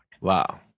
wow